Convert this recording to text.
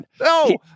no